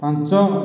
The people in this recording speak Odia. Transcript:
ପାଞ୍ଚ